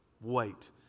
wait